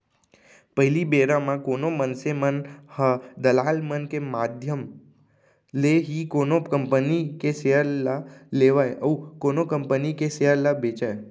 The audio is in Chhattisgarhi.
पहिली बेरा म कोनो मनसे मन ह दलाल मन के माधियम ले ही कोनो कंपनी के सेयर ल लेवय अउ कोनो कंपनी के सेयर ल बेंचय